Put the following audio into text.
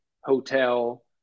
hotel